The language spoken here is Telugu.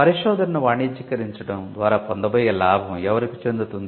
పరిశోధనను వాణిజ్యీకరించడం ద్వారా పొందబోయే లాభం ఎవరికీ చెందుతుంది